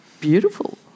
beautiful